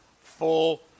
full